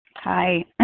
hi